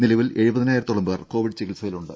നിലവിൽ എഴുപതിനായിരത്തോളം പേർ കോവിഡ് ചികിത്സയിലുണ്ട്